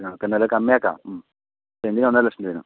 നമുക്കെന്തായാലും അത് കമ്മിയാക്കാം ഉം സെൻറ്റിന് ഒന്നര ലക്ഷം രൂപയാണ്